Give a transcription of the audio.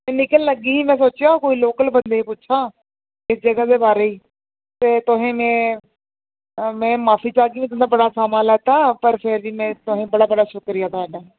बिल्कुल बिल्कुल मैडम जी तुं'दा बड़ा बड़ा धन्नबाद तुसें मिगी इन्ना गाइड कीता